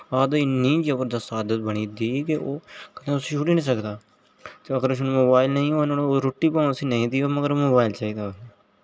ते इन्नी जबरदस्त आदत बनी दी कि ओह् कदे उस्सी छुड़ी निं सकदा ते अगर मोबाइल नेईं होए ओह्दे कोल रुट्टी भामें उस्सी नेईं देओ पर मोबाइल चाहीदा